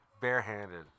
Barehanded